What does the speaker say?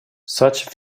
such